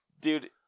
Dude